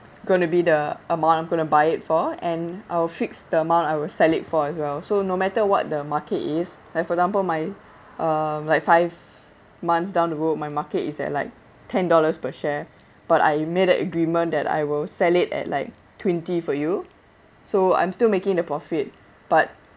going to be the amount I'm going to buy it for and I'll fix the amount I will sell it for as well so no matter what the market is like for example my um like five months down the road my market is at like ten dollars per share but I made an agreement that I will sell it at like twenty for you so I'm still making the profit but